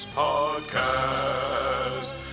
podcast